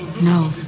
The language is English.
No